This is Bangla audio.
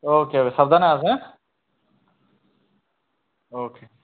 ওকে সাবধানে আসো হ্যাঁ ওকে